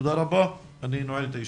תודה רבה, אני נועל את הישיבה.